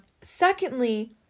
Secondly